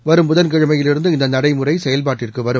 வரும் புதன் கிழமையிலிருந்து இந்தநடைமுறைசெயல்பாட்டுக்குவரும்